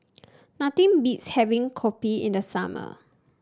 nothing beats having kopi in the summer